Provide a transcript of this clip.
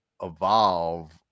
evolve